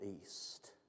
East